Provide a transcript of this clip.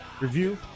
review